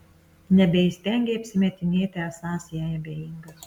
nebeįstengei apsimetinėti esąs jai abejingas